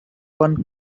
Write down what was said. one